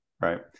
right